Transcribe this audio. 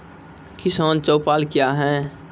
किसान चौपाल क्या हैं?